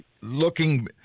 Looking